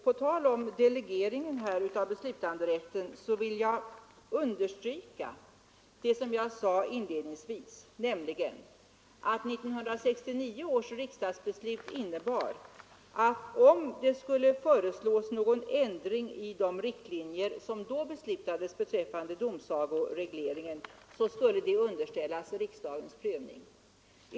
På tal om delegering av beslutanderätten vill jag understryka det som jag sade inledningsvis, nämligen att 1969 års riksdagsbeslut innebar att om det skulle föreslås någon ändring i de riktlinjer som då beslutades beträffande domsagoregleringen, skulle förslaget underställas riksdagens prövning.